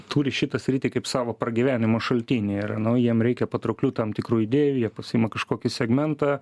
turi šitą sritį kaip savo pragyvenimo šaltinį ir nu jiem reikia patrauklių tam tikrų idėjų jie pasiima kažkokį segmentą